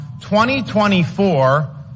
2024